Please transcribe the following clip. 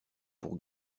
pour